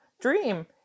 dream